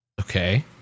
Okay